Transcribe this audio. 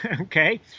okay